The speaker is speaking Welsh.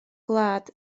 gwlad